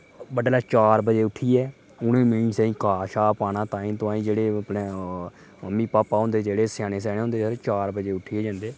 बडलै चार बजे उठियै उनें मैंही छेहीं घा छाह् पाना ताईं तुआईं जेह्ड़े अपने मम्मी पापा होंदे जेह्ड़े सेआने सेआने जेह्के सवेरे चार बजे उठियै जंदे